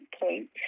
point